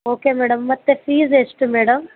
okay madam ಮತ್ತೆ fees ಎಷ್ಟು madam